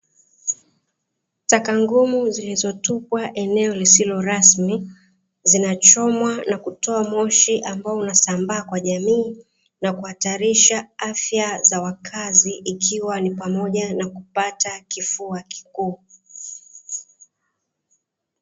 Taka ngumu zilizotupwa eneo lisilo rasmi zinachomwa na kutoa moshi ambao unasambaa kwa jamii na kuhatarisha afya za wakazi ikiwa ni pamoja na kupata kifua kikuu.